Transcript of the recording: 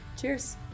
Cheers